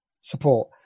support